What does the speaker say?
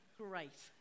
great